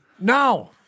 now